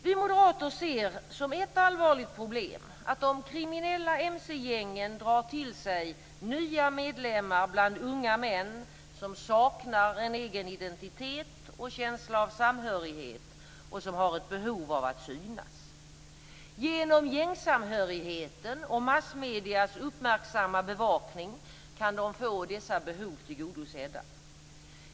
Vi moderater ser som ett allvarligt problem att de kriminella mc-gängen drar till sig nya medlemmar bland unga män som saknar en egen identitet och känsla av samhörighet och som har ett behov av att synas. Genom gängsamhörigheten och massmediernas uppmärksamma bevakning kan de få dessa behov tillgodosedda.